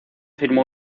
firmó